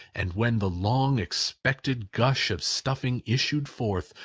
and when the long expected gush of stuffing issued forth,